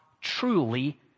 truly